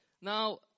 Now